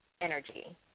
energy